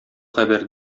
хәбәр